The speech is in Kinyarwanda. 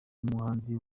umuhanzi